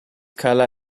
color